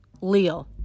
Leo